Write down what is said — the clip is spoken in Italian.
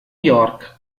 york